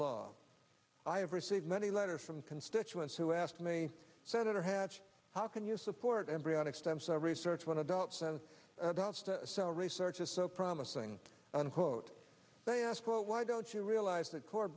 law i have received many letters from constituents who asked me senator hatch how can you support embryonic stem cell research when adult sense cell research is so promising unquote they ask why don't you realize that co